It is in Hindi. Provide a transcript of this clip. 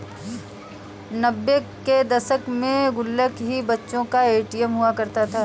नब्बे के दशक में गुल्लक ही बच्चों का ए.टी.एम हुआ करता था